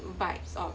vibes of